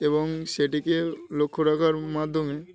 এবং সেটিকে লক্ষ্য রাখার মাধ্যমে